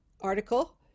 article